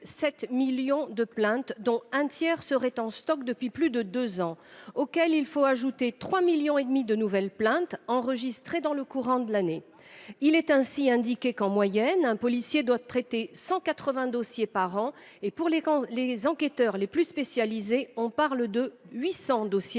2,7 millions de plaintes ; un tiers d’entre elles seraient en stock depuis plus de deux ans. Il faudrait y ajouter 3,5 millions de nouvelles plaintes enregistrées dans le courant de l’année. Il y serait aussi indiqué que, en moyenne, un policier doit traiter 180 dossiers par an. Pour les enquêteurs les plus spécialisés, on parle de 800 dossiers